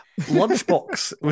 Lunchbox